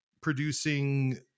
producing